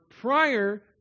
prior